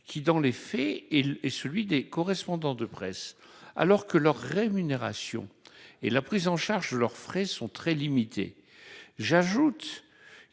qui dans les faits et celui des correspondants de presse alors que leur rémunération et la prise en charge leurs frais sont très limitées. J'ajoute